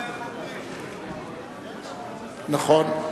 לא, נכון,